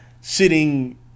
sitting